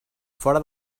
fora